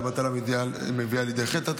והבטלה מביאה לידי חטא,